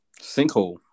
Sinkhole